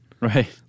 Right